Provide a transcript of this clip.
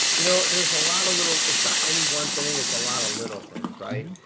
you know, there's a lot of little, it's not any one thing. it's a lot of little things, right?